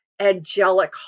angelic